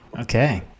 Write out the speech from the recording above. Okay